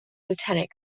lieutenant